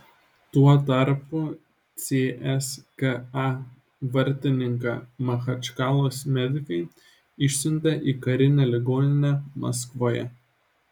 tuo tarpu cska vartininką machačkalos medikai išsiuntė į karinę ligoninę maskvoje